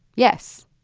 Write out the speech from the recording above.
yes,